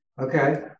Okay